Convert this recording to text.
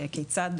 כיצד,